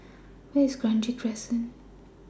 Where IS Kranji Crescent